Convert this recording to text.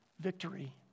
victory